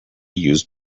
used